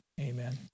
amen